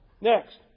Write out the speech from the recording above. Next